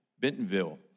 Bentonville